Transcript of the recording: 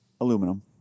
Aluminum